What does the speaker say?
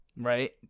Right